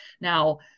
Now